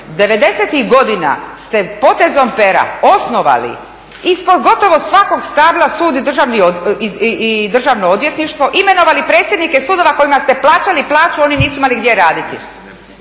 godina ste potezom pera osnovali ispod gotovo svakog stabla sud i državno odvjetništvo, imenovali predsjednike sudova kojima ste plaćali plaću, a oni nisu imali gdje raditi.